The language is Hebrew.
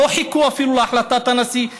לא חיכו אפילו להחלטת הנשיא,